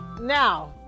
now